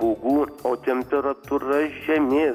pūgų o temperatūra žemės